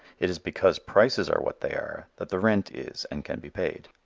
it is because prices are what they are that the rent is and can be paid.